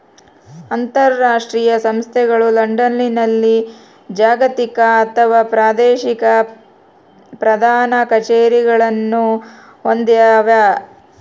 ಅಂತರಾಷ್ಟ್ರೀಯ ಸಂಸ್ಥೆಗಳು ಲಂಡನ್ನಲ್ಲಿ ಜಾಗತಿಕ ಅಥವಾ ಪ್ರಾದೇಶಿಕ ಪ್ರಧಾನ ಕಛೇರಿಗಳನ್ನು ಹೊಂದ್ಯಾವ